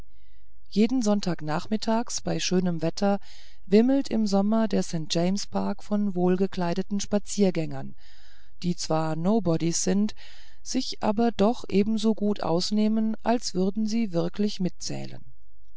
jeden sonntag nachmittags bei schönem wetter wimmelt im sommer der st james park von wohlgekleideten spaziergängern die zwar nobodies sind sich aber doch ebenso gut ausnehmen als würden sie wirklich mitgezählt